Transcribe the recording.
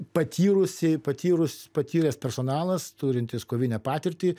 patyrusi patyrus patyręs personalas turintys kovinę patirtį